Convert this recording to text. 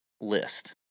list